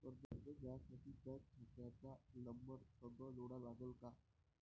कर्ज घ्यासाठी बँक खात्याचा नंबर संग जोडा लागन का?